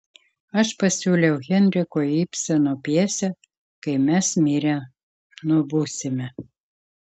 aš pasiūliau henriko ibseno pjesę kai mes mirę nubusime